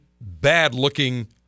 bad-looking